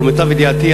או למיטב ידיעתי,